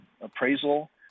appraisal